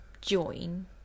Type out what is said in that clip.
join